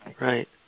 Right